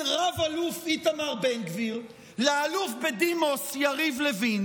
רב-אלוף איתמר בן גביר לאלוף בדימוס יריב לוין.